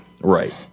right